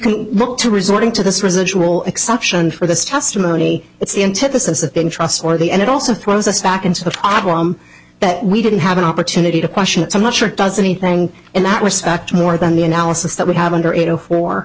can look to resorting to this residual exception for this testimony it's in to the sense of being trustworthy and it also throws us back into the problem that we didn't have an opportunity to question it so i'm not sure it does anything in that respect more than the analysis that we have under eight o